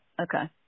okay